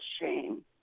shame